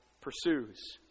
pursues